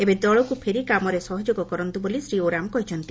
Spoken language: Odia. ଏବେ ଦଳକୁ ଫେରି କାମରେ ସହଯୋଗ କରନ୍ତୁ ବୋଲି ଶ୍ରୀ ଓରାମ କହିଛନ୍ତି